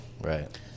right